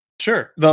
Sure